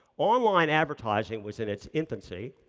online advertising was in its infancy,